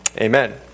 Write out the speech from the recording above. Amen